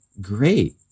great